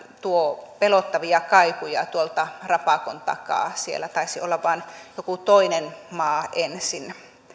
tuo pelottavia kaikuja tuolta rapakon takaa siellä taisi vain olla joku toinen maa ensin